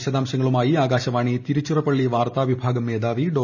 വിശദാംശങ്ങളുമായി ആകാശവാണി തിരുച്ചിറപ്പള്ളി വാർത്താ വിഭാഗം മേധാവി ഡോ